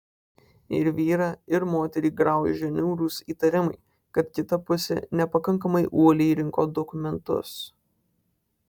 ir vyrą ir moterį graužia niūrus įtarimai kad kita pusė nepakankamai uoliai rinko dokumentus